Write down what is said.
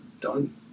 done